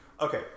Okay